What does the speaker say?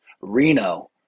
Reno